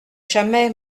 jamais